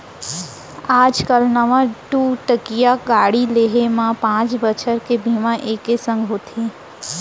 आज काल नवा दू चकिया गाड़ी लेहे म पॉंच बछर के बीमा एके संग होथे